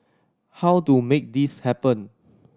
how to make this happen